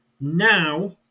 Now